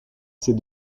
ses